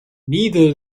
neither